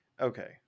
Okay